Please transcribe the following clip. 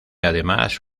además